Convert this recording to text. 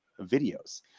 videos